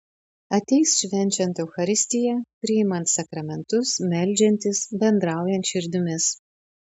ateis švenčiant eucharistiją priimant sakramentus meldžiantis bendraujant širdimis